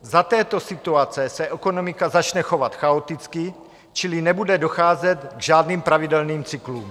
Za této situace se ekonomika začne chovat chaoticky, čili nebude docházet k žádným pravidelným cyklům.